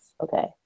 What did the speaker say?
okay